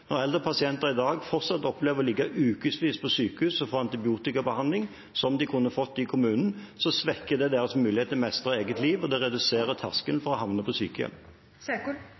pasienter i dag fortsatt opplever å ligge ukevis på sykehus og får antibiotikabehandling som de kunne fått i kommunen, svekker det deres mulighet til å mestre eget liv, og det senker terskelen for å havne på